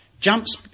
jumps